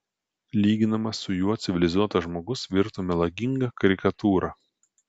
lyginamas su juo civilizuotas žmogus virto melaginga karikatūra